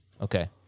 okay